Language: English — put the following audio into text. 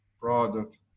product